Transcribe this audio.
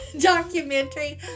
documentary